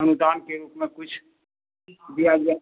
अनुदान के रूप में कुछ दिया जाए उनको